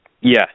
Yes